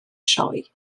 sioe